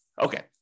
Okay